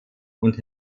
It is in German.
und